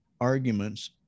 arguments